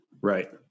Right